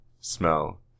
smell